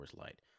Light